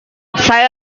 saya